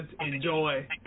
enjoy